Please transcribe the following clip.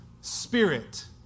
spirit